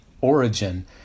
origin